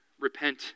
Repent